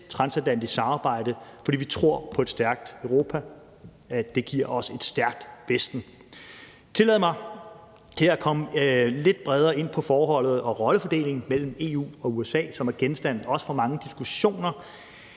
transatlantisk samarbejde, fordi vi tror på, at et stærkt Europa giver os et stærkt Vesten. Kl. 20:21 Tillad mig her at komme lidt nærmere ind på forholdet og rollefordelingen mellem EU og USA, som også er genstand for mange diskussioner,